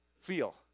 feel